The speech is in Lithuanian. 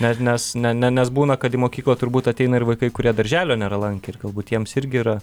ne nes ne ne nes būna kad į mokyklą turbūt ateina ir vaikai kurie darželio nėra lankę ir galbūt jiems irgi yra